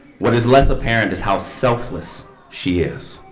what is less apparent is how selfless she is.